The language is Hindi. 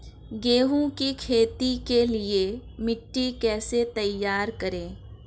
गेहूँ की खेती के लिए मिट्टी कैसे तैयार करें?